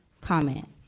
comment